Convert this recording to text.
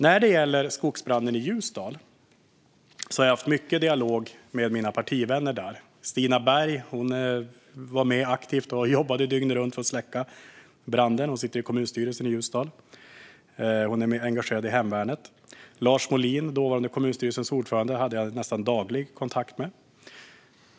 När det gäller skogsbranden i Ljusdal har jag haft mycket dialog med mina partivänner där. Stina Berg som sitter i kommunstyrelsen i Ljusdal var med aktivt och jobbade dygnet runt för att släcka branden. Hon är engagerad i hemvärnet. Lars Molin, dåvarande kommunstyrelsens ordförande, hade jag nästan daglig kontakt med.